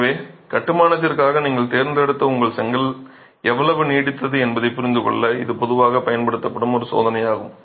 எனவே கட்டுமானத்திற்காக நீங்கள் தேர்ந்தெடுத்த உங்கள் செங்கல் எவ்வளவு நீடித்தது என்பதைப் புரிந்துகொள்ள இது பொதுவாகப் பயன்படுத்தப்படும் ஒரு சோதனையாகும்